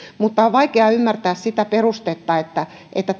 mutta on vaikeaa ymmärtää sitä perustetta että että